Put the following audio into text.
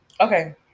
Okay